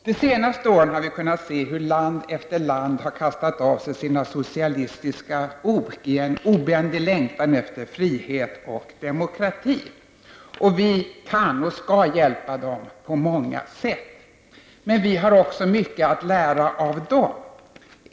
Det senaste året har vi sett hur land efter land har kastat av sig sina socialistiska ok i en obändlig längtan efter frihet och demokrati. Vi kan och skall hjälpa dem på många sätt, men vi har också mycket att lära av dem.